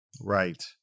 Right